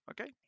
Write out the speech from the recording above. Okay